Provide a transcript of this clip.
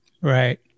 Right